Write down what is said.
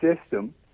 system